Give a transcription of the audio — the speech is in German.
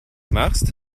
machst